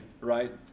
right